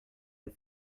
and